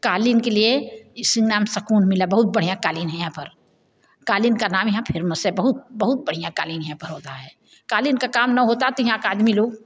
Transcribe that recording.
क़ालीन के लिए इसी का नाम सकून मिला बहुत बढ़िया क़ालीन है यहाँ पर क़ालीन का नाम यहाँ फेमस है बहुत बहुत बढ़िया क़ालीन यहाँ पर होता है क़ालीन का काम ना होता तो यहाँ का आदमी लोग